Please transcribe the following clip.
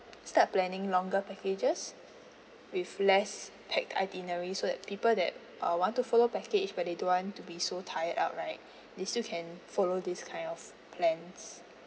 start planning longer packages with less packed itinerary so that people that uh want to follow package but they don't want to be so tied out right they still can follow this kind of plans